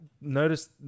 notice